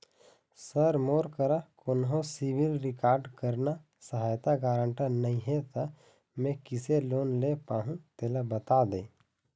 sir मोर करा कोन्हो सिविल रिकॉर्ड करना सहायता गारंटर नई हे ता मे किसे लोन ले पाहुं तेला बता दे